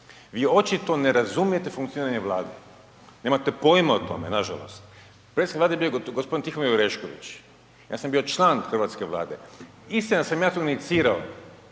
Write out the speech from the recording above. vi očito ne razumijete funkcioniranje Vlade, nemate pojma o tome, nažalost. Predsjednik Vlade je bio g. Tihomir Orešković, ja sam bio član hrvatske Vlade, istina da sam ja to inicirao